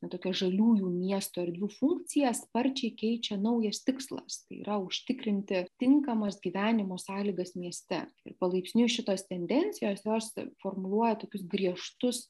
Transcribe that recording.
na tokią žaliųjų miesto erdvių funkciją sparčiai keičia naujas tikslas yra užtikrinti tinkamas gyvenimo sąlygas mieste ir palaipsniui šitos tendencijos jos formuluoja tokius griežtus